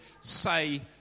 say